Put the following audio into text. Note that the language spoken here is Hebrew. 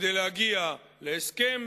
כדי להגיע להסכם: